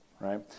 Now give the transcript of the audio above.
right